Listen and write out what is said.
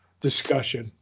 discussion